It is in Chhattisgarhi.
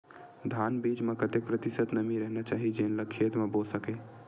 धान बीज म कतेक प्रतिशत नमी रहना चाही जेन ला खेत म बो सके?